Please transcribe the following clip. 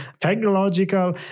technological